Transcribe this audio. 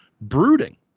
brooding